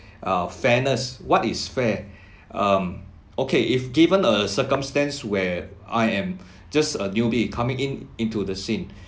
uh fairness what is fair um okay if given a circumstance where I am just a newbie coming in into the scene